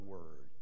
Word